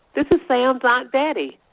this is sam's aunt betty.